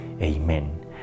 Amen